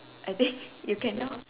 I think you cannot